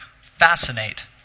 fascinate